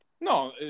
No